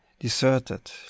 deserted